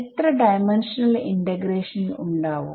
എത്ര dimensional integration ഉണ്ടാവും